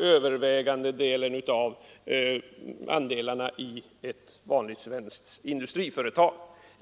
övervägande delarna i ett vanligt svenskt industriföretag.